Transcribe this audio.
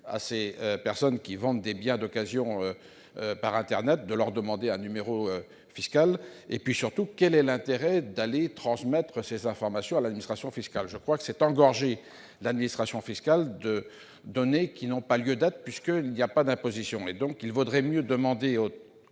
aux personnes qui vendent des biens d'occasion par internet leur numéro fiscal ? Surtout, quel est l'intérêt de transmettre ces informations à l'administration fiscale ? Selon moi, on engorge ainsi l'administration fiscale de données qui n'ont pas lieu d'être, puisqu'il n'y a pas d'imposition. Il vaudrait mieux demander aux